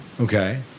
Okay